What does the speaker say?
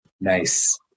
Nice